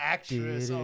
Actress